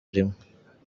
rimwe